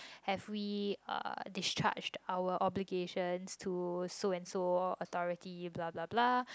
have we uh discharged our obligations to so and so authority blah blah blah